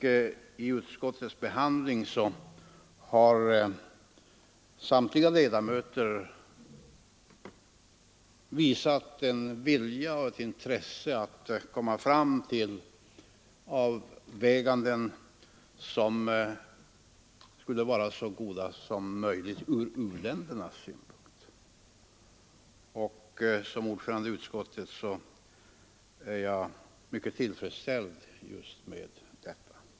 Vid utskottsbehandlingen har samtliga ledamöter visat en vilja och ett intresse att komma fram till avväganden som skulle vara så goda som möjligt från u-ländernas synpunkt. Som ordförande i utskottet är jag mycket tillfredsställd med detta.